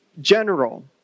general